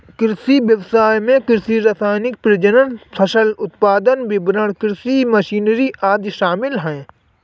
कृषि व्ययसाय में कृषि रसायन, प्रजनन, फसल उत्पादन, वितरण, कृषि मशीनरी आदि शामिल है